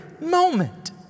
moment